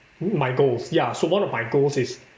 my goals ya so one of my goals is